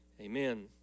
Amen